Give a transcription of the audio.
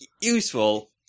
Useful